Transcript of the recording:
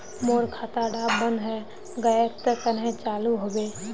मोर खाता डा बन है गहिये ते कन्हे चालू हैबे?